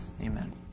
Amen